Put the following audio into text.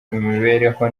imibereho